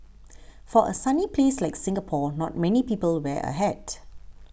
for a sunny place like Singapore not many people wear a hat